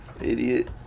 Idiot